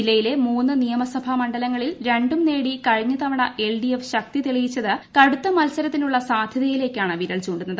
ജില്ലയിലെ മൂന്ന് നിയമസഭ മണ്ഡലങ്ങളിൽ രണ്ടും നേടി കഴിഞ്ഞ തവണ എൽഡിഎഫ് ശക്തി തെളിയിച്ചത് കടുത്ത മത്സരത്തിനുള്ള സാധ്യതയിലേക്കാണ് വിരൽചൂണ്ടുന്നത്